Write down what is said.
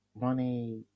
money